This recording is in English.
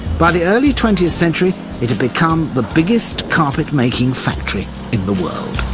by the early twentieth century, it had become the biggest carpet making factory in the world.